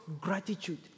gratitude